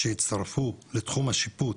שיצטרפו לתחום השיפוט,